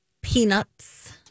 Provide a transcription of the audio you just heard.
Peanuts